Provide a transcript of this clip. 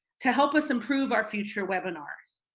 to help us improve our future webinars.